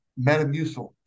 Metamucil